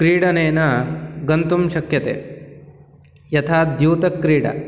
क्रीडनेन गन्तुं शक्यते यथा द्यूतक्रीडा